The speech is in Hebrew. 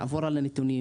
נעבור על הנתונים,